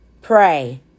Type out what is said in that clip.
Pray